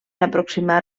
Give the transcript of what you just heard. aproximar